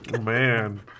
Man